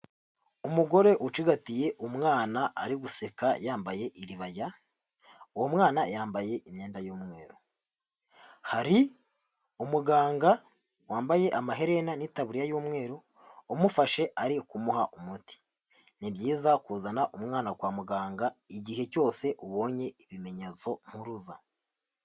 Umugore ucigatiye umwana ari guseka yambaye iribaya, uwo mwana yambaye imyenda y'umweru, hari umuganga wambaye amaherena n'itabiriya y'umweru, umufashe ari ukumuha umuti, ni byiza kuzana umwana kwa muganga igihe cyose ubonye ibimenyetso mpuruza.